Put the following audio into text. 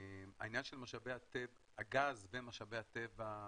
העניין של משאבי הגז ומשאבי הטבע,